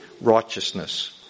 righteousness